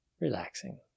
Relaxing